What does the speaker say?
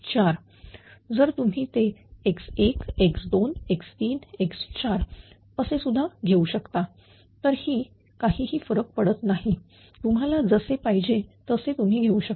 जर तुम्ही ते x1 x 2 x3 x4 असे सुद्धा घेऊ शकला तरी ही काही फरक पडत नाही तुम्हाला जसे पाहिजे तसे तुम्ही घेऊ शकता